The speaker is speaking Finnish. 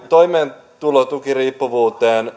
toimeentulotukiriippuvuuteen